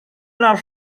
las